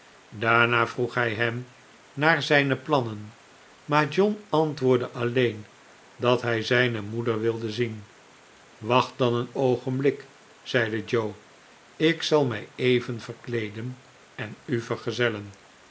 daarna vroeg hij hem naar zijne plannen maar john antwoordde alleen dat hij zijne moeder wilde zien wacht dan een oogenblik zeide joe ik zal mij even verkleeden en u vergezellen